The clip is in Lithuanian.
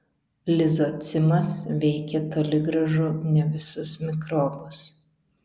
lizocimas veikė toli gražu ne visus mikrobus